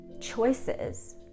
choices